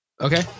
Okay